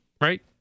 right